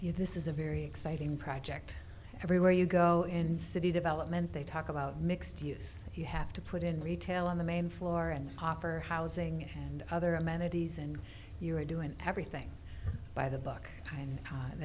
this is a very exciting project everywhere you go in city development they talk about mixed use you have to put in retail on the main floor and offer housing and other amenities and you are doing everything by the book and